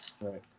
right